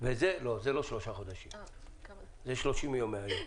לא שלושה חודשים אלא אלה 30 ימים מהיום.